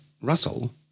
Russell